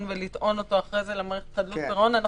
ולטעון אותו אחרי זה למערכת חדלות פירעון,